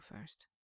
first